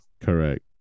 Correct